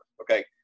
Okay